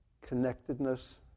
connectedness